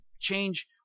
change